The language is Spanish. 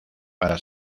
para